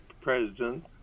president